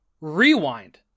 Rewind